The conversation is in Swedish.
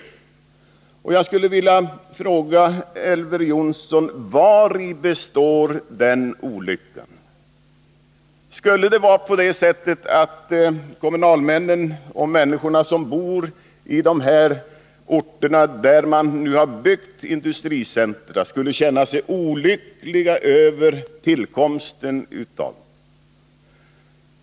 Jag skulle vilja fråga Elver Jonsson: Vari består den olyckan? Skulle det vara så att kommunalmännen och de människor som bor i de här orterna, där det nu har byggts industricentra, känner sig olyckliga över tillkomsten av dem?